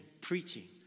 preaching